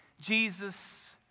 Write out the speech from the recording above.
Jesus